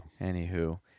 Anywho